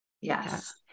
Yes